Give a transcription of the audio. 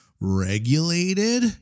regulated